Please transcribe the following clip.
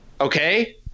Okay